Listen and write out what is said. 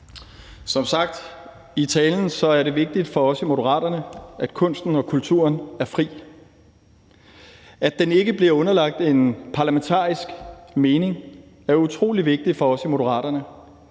Som sagt i talen er det vigtigt for os i Moderaterne, at kunsten og kulturen er fri. At den ikke bliver underlagt en parlamentarisk mening, er utrolig vigtigt for os i Moderaterne.